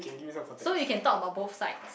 so you can talk about both sides